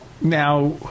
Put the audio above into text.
Now